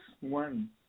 one